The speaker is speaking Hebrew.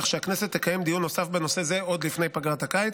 כך שהכנסת תקיים דיון נוסף בנושא זה עוד לפני פגרת הקיץ.